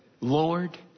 Lord